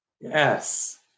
Yes